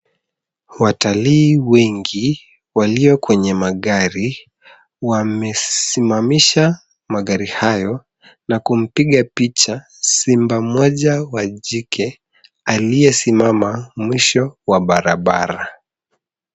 Watalii wengi walio kwenye magari wamesimamisha magari hayo na kumpiga picha simba moja wa jike aliyesimama mwisho wa barabara.